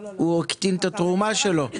הוא הקטין את התרומה שלו.